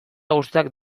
guztiak